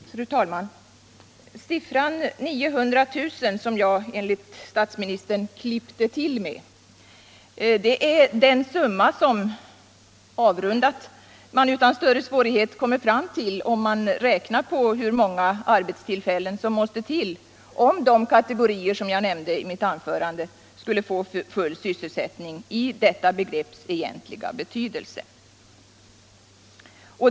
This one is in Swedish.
Fru talman! Siffran 900 000, som jag enligt statsministern klippte till med, är avrundat den siffra som man utan större svårighet kommer fram till om man räknar på hur många arbetstillfällen som måste till för att de kategorier som jag nämnde i mitt anförande skall få full sysselsättning i detta begrepps egentliga betydelse.